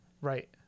Right